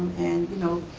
and you know,